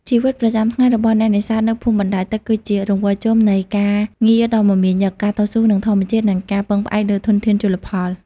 ជីវិតប្រចាំថ្ងៃរបស់អ្នកនេសាទនៅភូមិបណ្តែតទឹកគឺជារង្វិលជុំនៃការងារដ៏មមាញឹក ការតស៊ូនឹងធម្មជាតិ និងការពឹងផ្អែកលើធនធានជលផល។